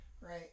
right